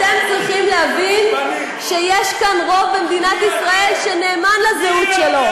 אתם צריכים להבין שיש כאן רוב במדינת ישראל שנאמן לזהות שלו,